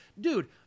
dude